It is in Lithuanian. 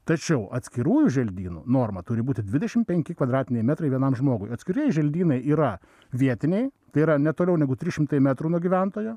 tačiau atskirųjų želdynų norma turi būti dvidešimt penki kvadratiniai metrai vienam žmogui atskirieji želdynai yra vietiniai tai yra ne toliau negu trys šimtai metrų nuo gyventojo